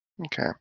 Okay